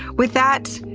with that,